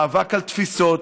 מאבק על תפיסות,